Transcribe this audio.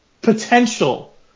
potential